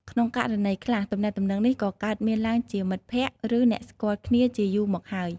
ក្នុងករណីខ្លះ ទំនាក់ទំនងនេះក៏កើតមានឡើងជាមិត្តភក្តិ ឬអ្នកស្គាល់គ្នាជាយូរមកហើយ។